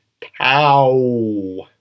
Pow